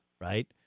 right